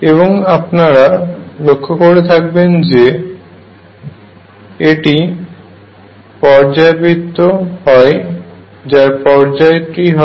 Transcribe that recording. এবং আপনারা লক্ষ্য করে থাকবেন যে এটি পর্যায়বৃত্ত হয় এবং যার পর্যায় টি a হয়